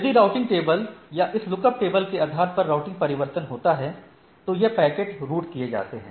यदि routing table या इस लुकअप टेबल के आधार पर राउटिंग परिवर्तन होता है तो ये पैकेट रूट किए जाते हैं